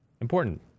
important